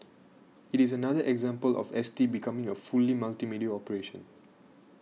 it is another example of S T becoming a fully multimedia operation